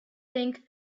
think